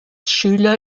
schüler